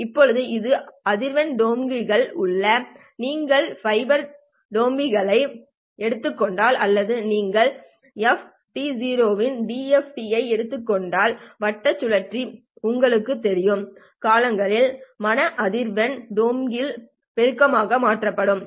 இப்போது இது அதிர்வெண் டோமிங்கில் உள்ளது நீங்கள் ஃபுரியர் டோமிங்கை எடுத்துக் கொண்டால் அல்லது நீங்கள் எஃப் t0 இன் dft ஐ எடுத்துக் கொண்டால் வட்ட சுழற்சி உங்களுக்குத் தெரியும் காலங்களில் மனம் அதிர்வெண் டோமிங்கில் பெருக்கமாக மாற்றப்படும்